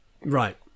Right